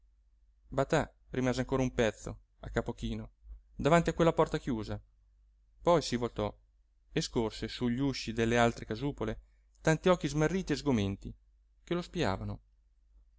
batà rimase ancora un pezzo a capo chino davanti a quella porta chiusa poi si voltò e scorse su gli usci delle altre casupole tanti occhi smarriti e sgomenti che lo spiavano